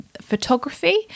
photography